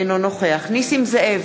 אינו נוכח נסים זאב,